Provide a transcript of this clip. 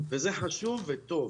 וזה חשוב וטוב.